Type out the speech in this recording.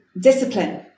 discipline